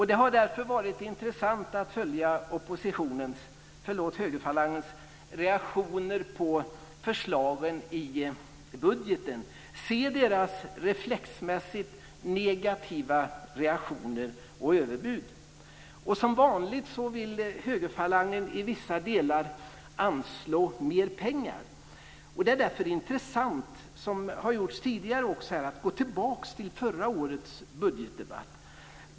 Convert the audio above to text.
Det har därför varit intressant att följa högerfalangens reaktioner på förslagen i budgeten, och att se dess reflexmässigt negativa reaktioner och överbud. Som vanligt vill högerfalangen i vissa delar anslå mer pengar. Det är därför intressant att, som har gjorts tidigare här, gå tillbaka till förra årets budgetdebatt.